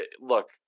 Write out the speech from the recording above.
Look